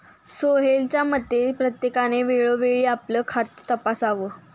सोहेलच्या मते, प्रत्येकाने वेळोवेळी आपलं खातं तपासावं